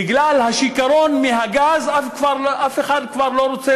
בגלל השיכרון מהגז אף אחד כבר לא רוצה